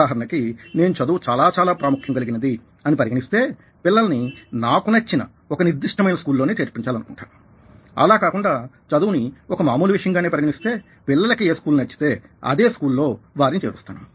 ఉదాహరణకి నేను చదువు చాలా చాలా ప్రాముఖ్యం కలిగినది అని పరిగణిస్తే పిల్లలని నాకు నచ్చిన ఒక నిర్దిష్టమైన స్కూల్లోనే చేర్పించాలి అనుకుంటాను అలా కాకుండా చదువుని ఒక మామూలు విషయం గానే పరిగణిస్తే పిల్లలకి ఏ స్కూలు నచ్చితే అదే స్కూల్లో వారిని చేరుస్తాను